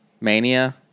Mania